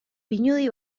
pinudi